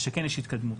שכן יש התקדמות.